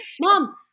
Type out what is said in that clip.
mom